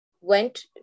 went